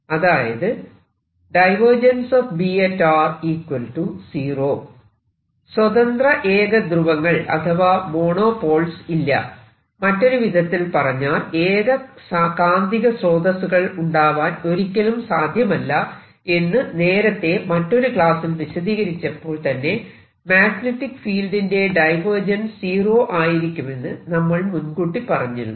അതായത് സ്വതന്ത്ര ഏകധ്രുവങ്ങൾ അഥവാ മോണോപോൾസ് ഇല്ല മറ്റൊരു വിധത്തിൽ പറഞ്ഞാൽ ഏക കാന്തിക സ്രോതസ്സുകൾ ഉണ്ടാവാൻ ഒരിക്കലും സാധ്യമല്ല എന്ന് നേരത്തെ മറ്റൊരു ക്ലാസ്സിൽ വിശദീകരിച്ചപ്പോൾ തന്നെ മാഗ്നെറ്റിക് ഫീൽഡിന്റെ ഡൈവേർജൻസ് സീറോ ആയിരിക്കുമെന്ന് നമ്മൾ മുൻകൂട്ടി പറഞ്ഞിരുന്നു